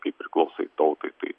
kai priklausai tautai tai